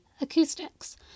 acoustics